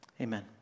Amen